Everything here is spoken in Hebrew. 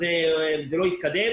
זה לא יתקדם